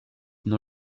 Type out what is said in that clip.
non